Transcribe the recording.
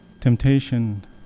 temptation